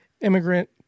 immigrant